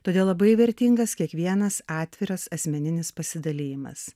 todėl labai vertingas kiekvienas atviras asmeninis pasidalijimas